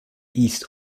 east